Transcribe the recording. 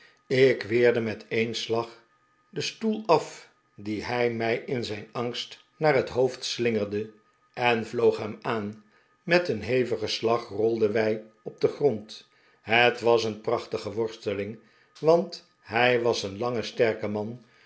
ik weerde met een slag den stoel af dien hij mij in zijn angst naar het hoofd slingerde en vloog hem aan met een hevigen slag rolden wij op den grond het was een prachtige worstelingj want hij was een lange sterke man